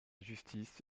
justice